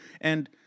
And-